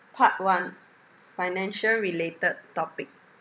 part one financial related topic